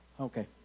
okay